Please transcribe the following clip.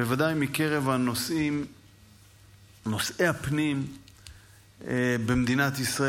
בוודאי מקרב נושאי הפנים במדינת ישראל.